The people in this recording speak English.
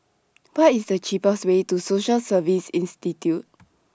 What IS The cheapest Way to Social Service Institute